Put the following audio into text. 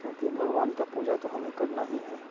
क्योंकि भगवान का पूजा तो हमें करना ही है